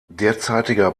derzeitiger